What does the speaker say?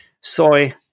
soy